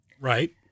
Right